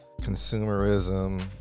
consumerism